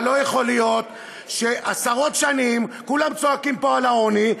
אבל לא יכול להיות שעשרות שנים כולם צועקים פה על העוני,